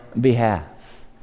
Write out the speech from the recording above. behalf